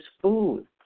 food